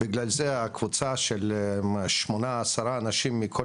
בגלל זה קבוצה של 8-10 אנשים מכל